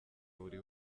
buri